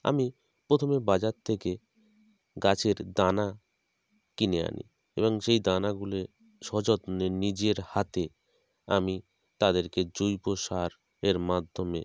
আমি প্রথমে বাজার থেকে গাছের দানা কিনে আনি এবং সেই দানা গুলে সযত্নে নিজের হাতে আমি তাদেরকে জৈব সার এর মাধ্যমে